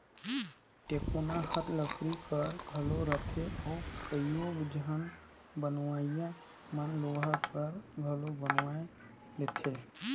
टेकोना हर लकरी कर घलो रहथे अउ कइयो झन बनवइया मन लोहा कर घलो बनवाए लेथे